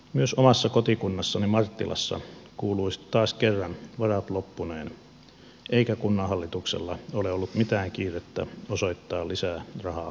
myös omassa kotikunnassani marttilassa kuuluivat taas kerran varat loppuneen eikä kunnanhallituksella ole ollut mitään kiirettä osoittaa lisää rahaa omaishoitoon